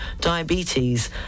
diabetes